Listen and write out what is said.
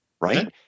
right